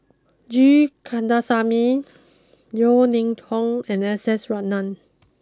G Kandasamy Yeo Ning Hong and S S Ratnam